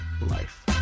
life